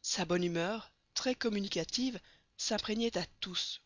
sa bonne humeur très communicative s'imprégnait à tous